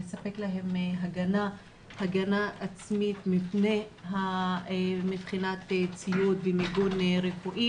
לספק להם הגנה עצמית מבחינת ציוד ומיגון רפואי